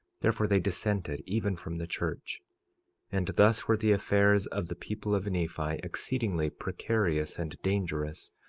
therefore they dissented even from the church and thus were the affairs of the people of nephi exceedingly precarious and dangerous,